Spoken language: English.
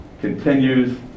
continues